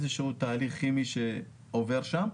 איזה שהוא תהליך כימי שעובר שם,